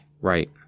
right